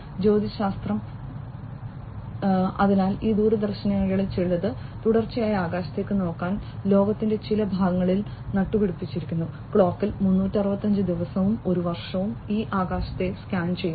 ജ്യോതിശാസ്ത്രം അതിനാൽ ഈ ദൂരദർശിനികളിൽ ചിലത് തുടർച്ചയായി ആകാശത്തേക്ക് നോക്കാൻ ലോകത്തിന്റെ ചില ഭാഗങ്ങളിൽ നട്ടുപിടിപ്പിച്ചിരിക്കുന്നു ക്ലോക്കിൽ 365 ദിവസവും ഒരു വർഷവും ഇവ ആകാശത്തെ സ്കാൻ ചെയ്യുന്നു